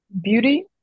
beauty